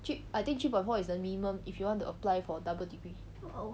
three I think three point four is the minimum if you want to apply for double degree